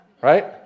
Right